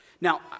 Now